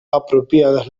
apropiadas